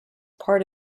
part